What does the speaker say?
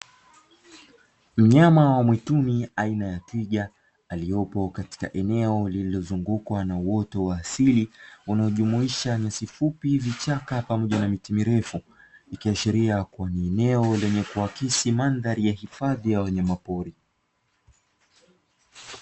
Mnyama wa mwituni aina ya twiga aliyepo katika eneo lililozungukwa na uoto wa asili unaojumuisha nyasi fupi, vichaka pamoja na mti mirefu, ikiashiria kuwa ni eneo linaloakisi mandhari ya hifadhi wanyama pori.